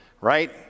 right